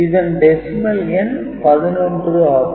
இதன் டெசிமல் எண் 11 ஆகும்